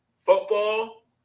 football